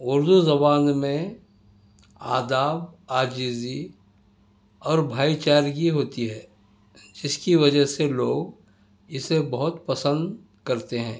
اردو زبان میں آداب عاجزی اور بھائی چارگی ہوتی ہے جس کی وجہ سے لوگ اسے بہت پسند کرتے ہیں